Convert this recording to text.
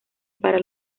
para